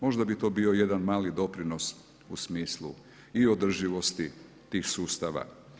Možda bi to bio jedan mali doprinos u smislu i u održivosti tih sustava.